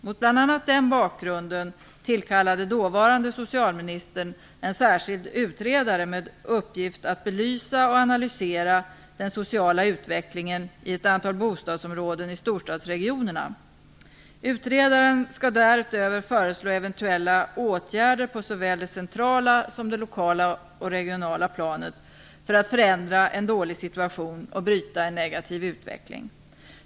Mot bl.a. den bakgrunden tillkallade dåvarande socialministern en särskild utredare med uppgift att belysa och analysera den sociala utvecklingen i ett antal bostadsområden i storstadsregionerna. Utredaren skall därutöver föreslå eventuella åtgärder på såväl det centrala som det lokala och regionala planet för att förändra en dålig situation och bryta en negativ utveckling.